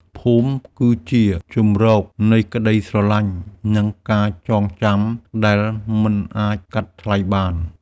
ភូមិគឺជាជម្រកនៃក្ដីស្រឡាញ់ និងការចងចាំដែលមិនអាចកាត់ថ្លៃបាន។